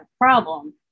problem